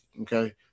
okay